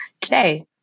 today